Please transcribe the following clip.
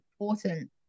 important